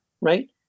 right